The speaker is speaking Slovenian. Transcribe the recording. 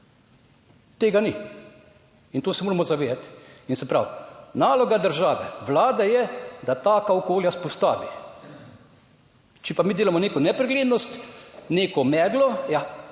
Tega ni. In to se moramo zavedati. In se pravi, naloga države, Vlade, je, da taka okolja vzpostavi. Če pa mi delamo neko nepreglednost, neko meglo,